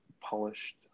polished